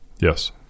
Yes